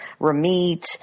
Ramit